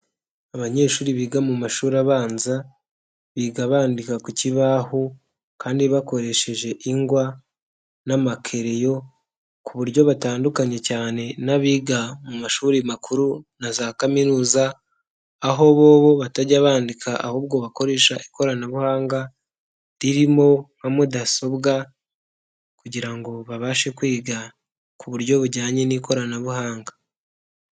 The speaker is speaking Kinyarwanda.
Abanyeshuri biga mu mashuri abanza, biga bandika ku kibaho kandi bakoresheje ingwa n'amakereyo, ku buryo batandukanye cyane n'abiga mu mashuri makuru na za kaminuza, aho bobo batajya bandika ahubwo bakoresha ikoranabuhanga, ririmo nka mudasobwa kugira ngo babashe kwiga ku buryo bujyanye n'ikoranabuhanga.